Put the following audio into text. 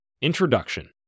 Introduction